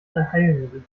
allheilmittel